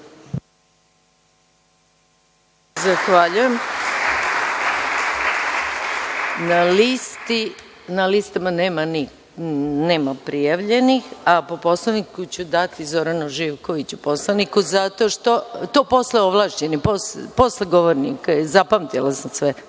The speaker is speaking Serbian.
Zahvaljujem. Na listama nema prijavljenih, a po Poslovniku, ću dati Zoranu Živkoviću poslaniku, to posle ovlašćeni, posle govornika, zapamtila sam sve,